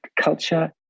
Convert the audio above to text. culture